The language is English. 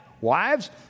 Wives